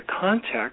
context